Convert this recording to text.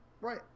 right